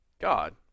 God